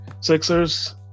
sixers